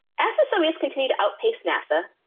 as the soviets continued to outpace nasa,